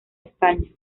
españa